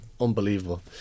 unbelievable